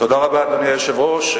תודה רבה, אדוני היושב-ראש.